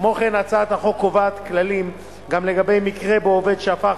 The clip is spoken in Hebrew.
כמו כן הצעת החוק קובעת כללים גם לגבי מקרה שבו עובד שהפך